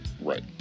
Right